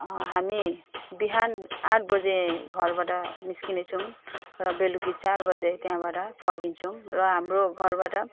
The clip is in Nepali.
हामी बिहान आठ बजे घरबाट निस्किनेछौँ र बेलुकी चार बजे त्यहाँबाट फर्किन्छौँ र हाम्रो घरबाट